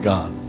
God